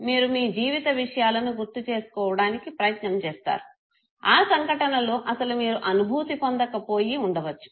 మీరు మీ జీవిత విషయాలను గుర్తుచేసుకోవడానికి ప్రయత్నం చేస్తారు ఆ సంఘటనలు అసలు మీరు అనుభూతి పొందక పోయి ఉండవచ్చు